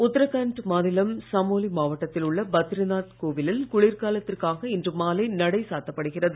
உத்தராகண்ட் மாநிலம் சமோலி மாவட்டத்தில் உள்ள பத்ரிநாத் கோவிலில் குளிர்காலத்திற்காக இன்று மாலை நடை சாத்தப்படுகிறது